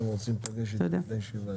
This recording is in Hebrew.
תודה.